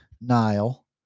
Nile